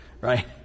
right